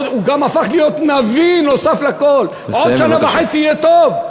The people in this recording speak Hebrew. הוא גם הפך להיות נביא נוסף לכול: עוד שנה וחצי יהיה טוב,